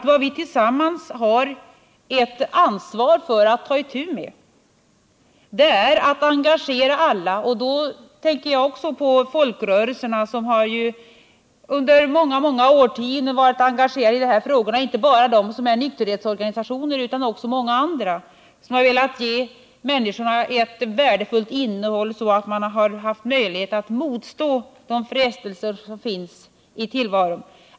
Vad vi tillsammans har ett ansvar för att ta itu med är att engagera alla. Då tänker jag också på folkrörelserna, som ju under många årtionden har varit engagerade i dessa frågor. Det gäller inte bara nykterhetsorganisationerna utan också många andra organisationer som har velat ge människorna ett värdefullt livsinnehåll, så att de har haft möjlighet att motstå de frestelser som finns i tillvaron.